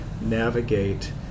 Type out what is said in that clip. navigate